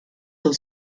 zur